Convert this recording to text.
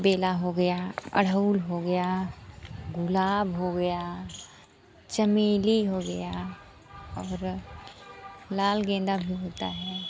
बैला हो गया अड़हूल हो गया गुलाब हो गया चमेली हो गया और लाल गेंदा भी होता है